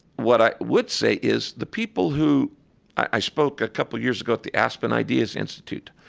what i would say is the people who i spoke a couple of years ago at the aspen ideas institute,